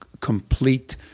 complete